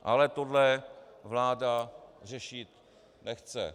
Ale tohle vláda řešit nechce.